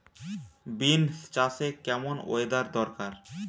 Beans চাষে কেমন weather দরকার?